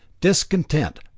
Discontent